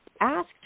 asked